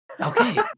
Okay